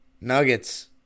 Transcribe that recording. Nuggets